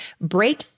break